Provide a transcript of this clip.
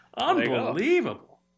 unbelievable